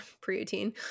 protein